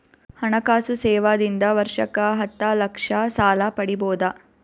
ಹಣಕಾಸು ಸೇವಾ ದಿಂದ ವರ್ಷಕ್ಕ ಹತ್ತ ಲಕ್ಷ ಸಾಲ ಪಡಿಬೋದ?